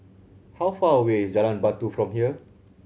how far away is Jalan Batu from here